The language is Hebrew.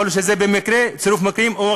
יכול להיות שזה צירוף מקרים או,